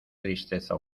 tristeza